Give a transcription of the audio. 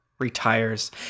retires